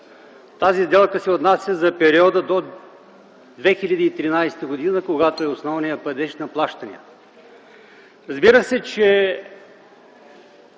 Тази сделка се отнася за периода до 2013 г., когато е основният падеж на плащанията.